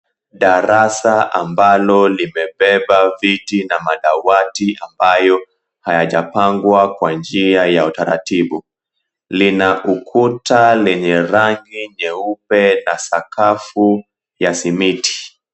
Darasa ambalo limebeba viti na madawati, ambayo hayajapangwa kwa njia ya utaratibu. Lina ukuta lenye rangi nyeupe, na sakafu ya simiti.